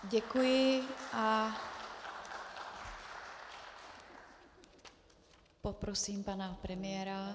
Děkuji a poprosím pana premiéra.